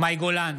מאי גולן,